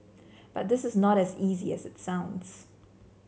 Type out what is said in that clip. but this is not as easy as it sounds